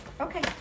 Okay